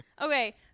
okay